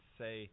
say